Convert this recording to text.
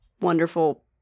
wonderful –